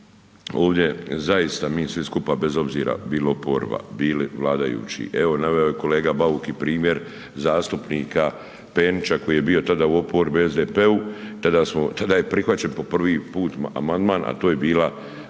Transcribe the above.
ovdje zaista mi svi skupa bez obzira bili oporba, bili vladajući evo naveo je kolega Bauk i primjer zastupnika Penića koji je tada bio u oporbi SDP-u, tada je prihvaćen po prvi put amandman, a to je bila